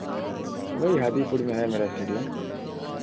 वही हादीपुर में है मेरा इस्टेडियम